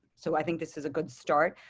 so i think this is a good start.